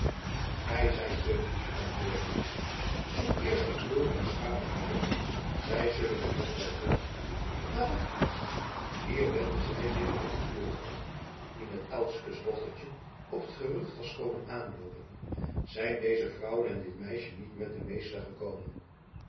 gij zijt te goed antwoordde madzy zoek eerst de verlorene schapen weer op wij zullen den weg wel vinden maar wacht eens hier wendde zij zich tot de buurvrouw die met elskes dochtertje op het gerucht was komen aanloopen zijn deze vrouwen en dit meisje niet met den meester gekomen